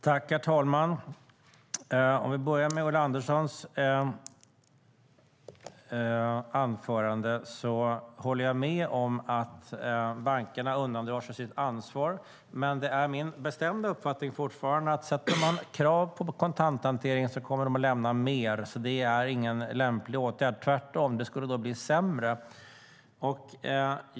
Herr talman! När det till att börja med gäller Ulla Anderssons inlägg håller jag med om att bankerna undandrar sig sitt ansvar. Det är dock fortfarande min bestämda uppfattning att om man ställer krav på kontanthanteringen kommer fler att lämna den, så det är ingen lämplig åtgärd. Det skulle tvärtom bli sämre.